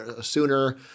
sooner